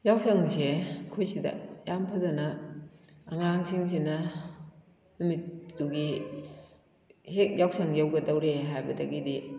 ꯌꯥꯎꯁꯪꯁꯦ ꯑꯩꯈꯣꯏ ꯁꯤꯗ ꯌꯥꯝ ꯐꯖꯅ ꯑꯉꯥꯡꯁꯤꯡꯁꯤꯅ ꯅꯨꯃꯤꯠꯇꯨꯒꯤ ꯍꯦꯛ ꯌꯥꯎꯁꯪ ꯌꯧꯒꯗꯧꯔꯦ ꯍꯥꯏꯕꯗꯒꯤꯗꯤ